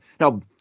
Now